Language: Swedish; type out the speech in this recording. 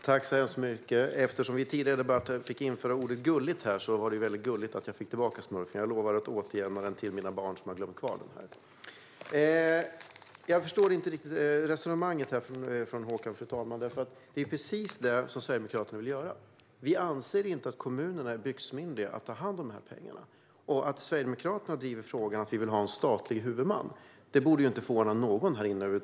Fru talman! Eftersom vi i en tidigare debatt införde ordet "gullig" vill jag säga att det var väldigt gulligt att jag fick tillbaka smurfen. Jag lovar att återgälda den till mina barn som har glömt kvar den här. Jag förstår inte riktigt Håkans resonemang, fru talman. Det här är ju precis vad Sverigedemokraterna vill göra. Vi anser att kommunerna inte är byxmyndiga nog att ta hand om dessa pengar. Att Sverigedemokraterna driver frågan att vi vill ha en statlig huvudman borde över huvud taget inte förvåna någon här.